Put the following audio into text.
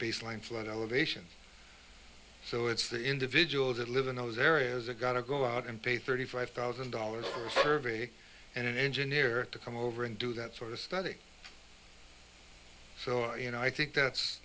baseline flood elevation so it's the individuals that live in those areas i got to go out and pay thirty five thousand dollars survey and an engineer to come over and do that sort of study so i you know i think that's